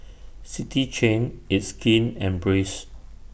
City Chain It's Skin and Breeze